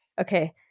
Okay